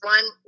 One